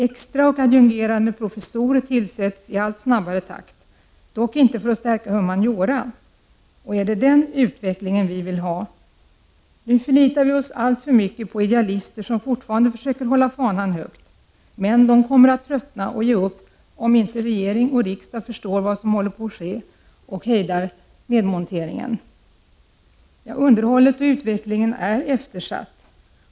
Extra och adjungerade professorer tillsätts i allt snabbare takt, dock inte för att förstärka humanioran. Är det den utvecklingen vi vill ha? Nu förlitar vi oss alltför mycket på idealister som fortfarande försöker hålla fanan högt. De kommer emellertid att tröttna och ge upp, om inte regering och riksdag förstår vad som håller på att ske och hejdar nedmonteringen. Underhållet och utvecklingen är eftersatt.